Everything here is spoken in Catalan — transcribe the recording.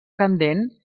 candent